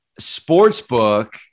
sportsbook